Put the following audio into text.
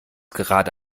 gerade